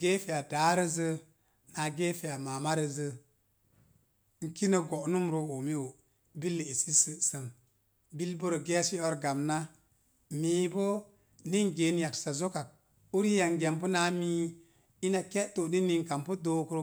gefe a dáárəzzə náá gefe a mama rəzzə, n kine go'num roo oi o. Billə esi sə'səm bil bo rə geesi or gamna mii bo ni n geen yaksa zok ak uriyangiya n pu náá mii. Ina ke to’ ni ninka npu dookro.